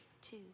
two